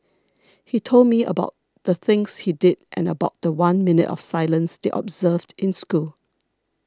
he told me about the things he did and about the one minute of silence they observed in school